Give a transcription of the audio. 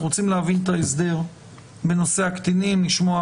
ואנחנו רוצים להבין את ההסדר בנושא הקטינים ולשמוע